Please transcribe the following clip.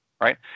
right